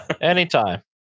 Anytime